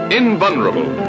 invulnerable